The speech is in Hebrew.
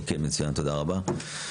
אוקיי, תודה רבה.